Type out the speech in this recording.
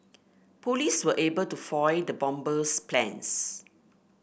police were able to foil the bomber's plans